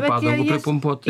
padangų pripumpuot